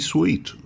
Sweet